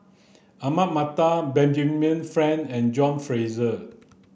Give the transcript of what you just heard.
Ahmad Mattar Benjamin Frank and John Fraser